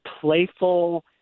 Playful